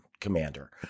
commander